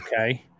Okay